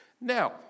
Now